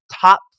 top